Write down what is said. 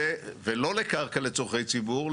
ולא לקרקע לצרכי ציבור,